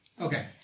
Okay